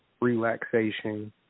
relaxation